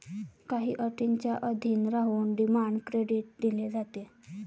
काही अटींच्या अधीन राहून डिमांड क्रेडिट दिले जाते